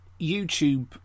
YouTube